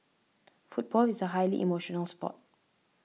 football is a highly emotional sport